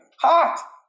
hot